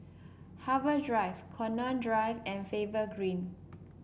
Harbour Drive Connaught Drive and Faber Green